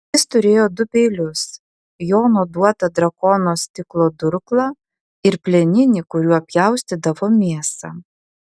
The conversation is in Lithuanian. jis turėjo du peilius jono duotą drakonų stiklo durklą ir plieninį kuriuo pjaustydavo mėsą